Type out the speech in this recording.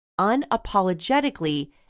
unapologetically